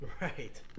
right